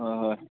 হয় হয়